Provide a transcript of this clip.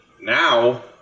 now